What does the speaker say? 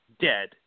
Dead